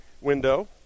window